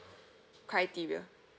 criteria